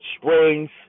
springs